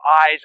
eyes